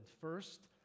First